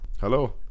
Hello